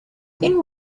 then